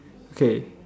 okay